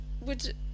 would-